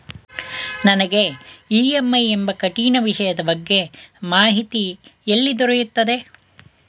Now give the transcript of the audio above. ನನಗೆ ಇ.ಎಂ.ಐ ಎಂಬ ಕಠಿಣ ವಿಷಯದ ಬಗ್ಗೆ ಮಾಹಿತಿ ಎಲ್ಲಿ ದೊರೆಯುತ್ತದೆಯೇ?